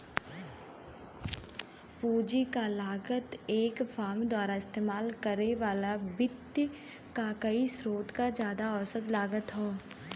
पूंजी क लागत एक फर्म द्वारा इस्तेमाल करे वाले वित्त क कई स्रोत क जादा औसत लागत हौ